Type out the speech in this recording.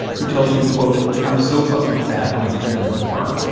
who tells me, quote, i'm so fucking fat, i don't care no more,